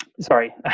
sorry